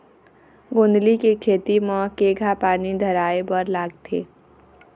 गोंदली के खेती म केघा पानी धराए बर लागथे?